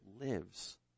lives